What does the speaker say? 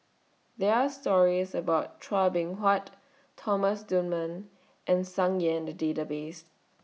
There Are stories about Chua Beng Huat Thomas Dunman and Tsung Yeh in The Database